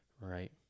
right